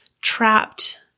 trapped